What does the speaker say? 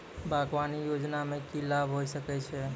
बागवानी योजना मे की लाभ होय सके छै?